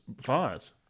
fires